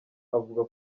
avuga